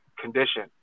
condition